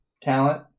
talent